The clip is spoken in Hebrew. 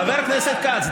חבר הכנסת כץ,